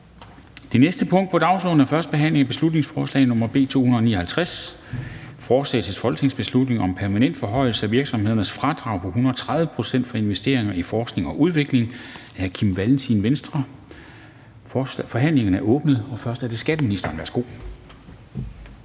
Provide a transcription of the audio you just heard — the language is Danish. Det næste punkt på dagsordenen er: 11) 1. behandling af beslutningsforslag nr. B 259: Forslag til folketingsbeslutning om permanent forhøjelse af virksomhedernes fradrag på 130 pct. for investeringer i forskning og udvikling. Af Kim Valentin (V) m.fl. (Fremsættelse 09.03.2021).